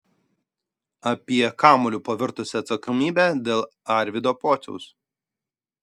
apie kamuoliu pavirtusią atsakomybę dėl arvydo pociaus